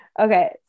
okay